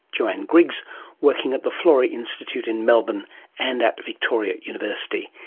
joanne griggs working at the florey institute in melbourne and at victoria university,